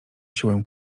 siłę